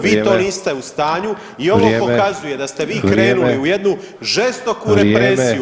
Vi to niste u stanju [[Upadica Sanader: Vrijeme.]] i ovo pokazuje da ste vi krenuli [[Upadica Sanader: Vrijeme.]] u jednu žestoku represiju